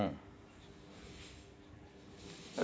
मैं ऋण के लिए कैसे आवेदन कर सकता हूं?